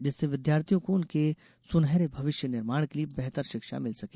जिससे विद्यार्थियों को उनके सुनहरे भविष्य निर्माण के लिए बेहतर षिक्षा मिल सके